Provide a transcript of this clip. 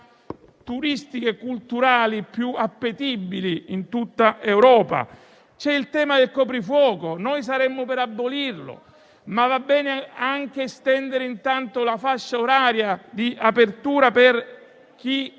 turistiche e culturali più appetibili in tutta Europa. C'è il tema del coprifuoco: saremmo per abolirlo, ma intanto va bene anche estendere la fascia oraria di apertura per chi